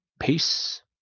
Peace